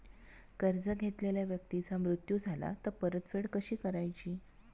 कर्ज घेतलेल्या व्यक्तीचा मृत्यू झाला तर परतफेड कशी करायची?